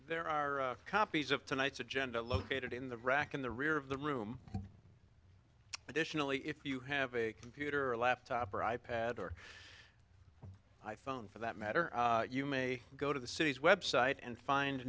there are copies of tonight's agenda located in the rack in the rear of the room additionally if you have a computer or a laptop or i pad or i phone for that matter you may go to the city's website and find